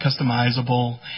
customizable